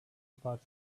about